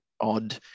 odd